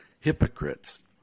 hypocrites